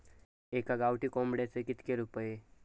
एका गावठी कोंबड्याचे कितके रुपये?